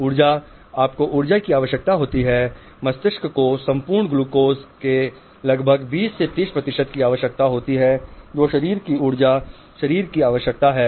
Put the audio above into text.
ऊर्जा आपको ऊर्जा की आवश्यकता होती है मस्तिष्क को संपूर्ण ग्लूकोज के लगभग 20 से 30 प्रतिशत की आवश्यकता होती है जो शरीर की ऊर्जा है और शरीर की आवश्यकता भी है